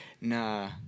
nah